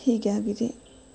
ಹೀಗೆ ಆಗಿದೆ